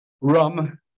rum